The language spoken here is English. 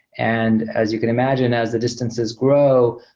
and as you can imagine, as the distances grow,